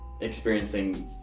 experiencing